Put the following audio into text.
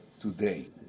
today